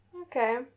Okay